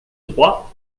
droit